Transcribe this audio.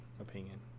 opinion